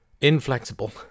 inflexible